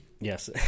Yes